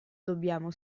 dobbiamo